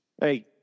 Hey